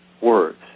words